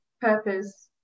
purpose